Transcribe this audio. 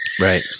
Right